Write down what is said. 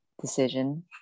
decision